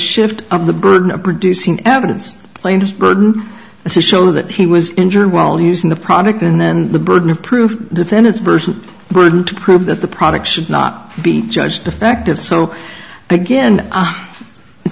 shift of the burden of producing evidence plaintiff to show that he was injured while using the product and then the burden of proof defendant's version burden to prove that the product should not be judged defective so again it